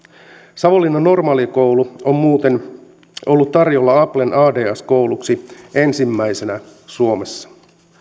savonlinnan normaalikoulu on muuten ollut tarjolla applen ads kouluksi ensimmäisenä suomessa